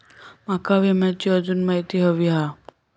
माका विम्याची आजून माहिती व्हयी हा?